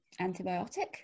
antibiotic